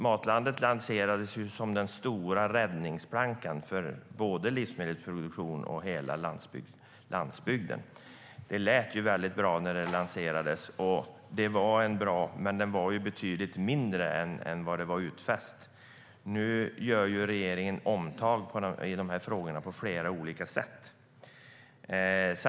Matlandet lanserades som den stora räddningsplankan för både livsmedelsproduktionen och hela landsbygden. Det lät väldigt bra när det lanserades, men det var betydligt mindre än man hade gjort utfästelser om. Nu gör regeringen omtag i de här frågorna på flera olika sätt.